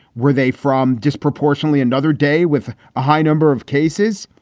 were they from disproportionately another day with a high number of cases?